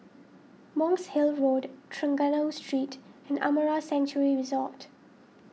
Monk's Hill Road Trengganu Street and Amara Sanctuary Resort